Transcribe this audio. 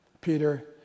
Peter